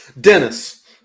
Dennis